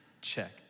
check